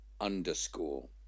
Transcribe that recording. underscore